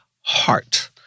heart